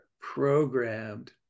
programmed